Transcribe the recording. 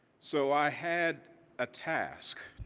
so i had a task,